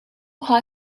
hot